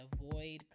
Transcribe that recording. avoid